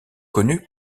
connu